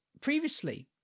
previously